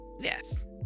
Yes